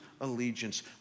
allegiance